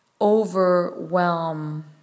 overwhelm